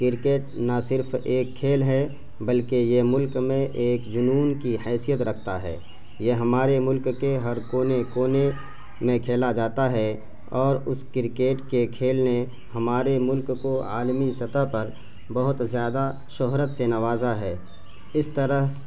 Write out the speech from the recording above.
cricket نہ صرف ایک کھیل ہے بلکہ یہ ملک میں ایک جنون کی حیثیت رکھتا ہے یہ ہمارے ملک کے ہر کونے کونے میں کھیلا جاتا ہے اور اس کرکٹ کے کھیل نے ہمارے ملک کو عالمی سطح پر بہت زیادہ شہرت سے نوازا ہے اس طرح سے